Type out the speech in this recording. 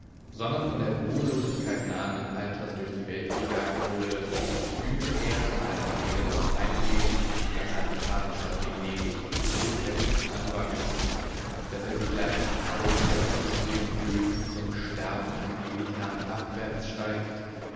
sondern von der ruhelosigkeit nahenden alters durch die welt gejagt wurde fühlte er in seiner seele das heimweh nach seiner vaterstadt venedig so heftig anwachsen daß er sie gleich einem vogel der aus luftigen höhen zum sterben allmählich nach abwärts steigt